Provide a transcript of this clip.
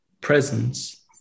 presence